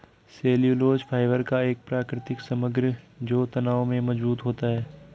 cellulose fibre का एक प्राकृतिक समग्र जो तनाव में मजबूत होता है